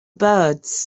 birds